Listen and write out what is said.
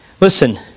Listen